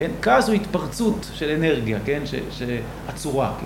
כן, כעס התפרצות של אנרגיה, כן, שעצורה.